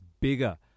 bigger